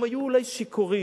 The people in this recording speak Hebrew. הם היו אולי שיכורים.